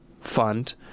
fund